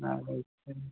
ഞായറാഴ്ച്ച